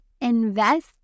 invest